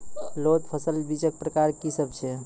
लोत फसलक बीजक प्रकार की सब अछि?